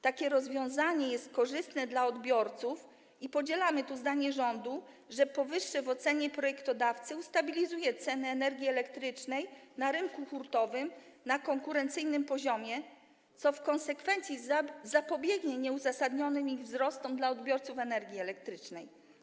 Takie rozwiązanie jest korzystne dla odbiorców i podzielamy tu zdanie rządu, że: „Powyższe, w ocenie projektodawcy, ustabilizuje ceny energii elektrycznej na rynku hurtowym na konkurencyjnym poziomie, co w konsekwencji zapobiegnie nieuzasadnionym ich wzrostom dla odbiorców energii elektrycznej.